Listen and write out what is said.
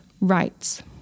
rights